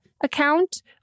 account